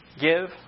give